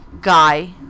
guy